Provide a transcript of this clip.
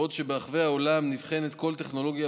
בעוד שברחבי העולם נבחנת כל טכנולוגיה